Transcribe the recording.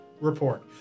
report